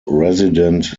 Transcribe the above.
resident